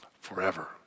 forever